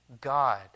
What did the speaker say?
God